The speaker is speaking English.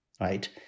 Right